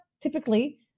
typically